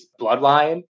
bloodline